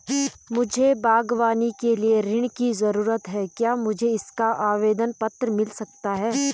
मुझे बागवानी के लिए ऋण की ज़रूरत है क्या मुझे इसका आवेदन पत्र मिल सकता है?